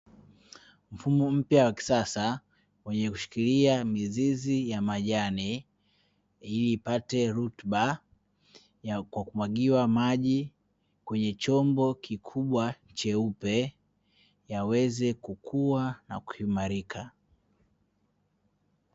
Mfumo mpya wa kisasa wenye kushikilia mizizi ya majani, ili ipate rutuba ya kumwagiwa maji kwenye chombo kikubwa cheupe yaweze kukua na kuimarika.